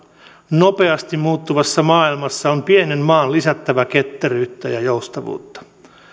nopeasti muuttuvassa maailmassa on pienen maan lisättävä ketteryyttä ja joustavuutta